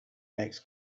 makes